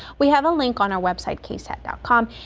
we have a link on our website ksat dot. um